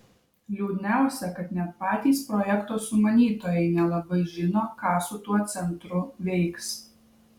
liūdniausia kad net patys projekto sumanytojai nelabai žino ką su tuo centru veiks